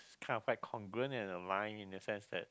kind of like congruent in a line in the sense that